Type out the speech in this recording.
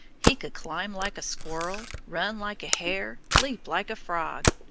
he could climb like a squirrel, run like a hare, leap like a frog.